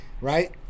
right